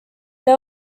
they